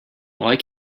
like